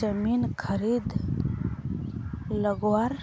जमीन खरीद लगवार